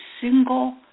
single